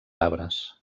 arbres